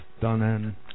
done